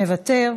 מוותר,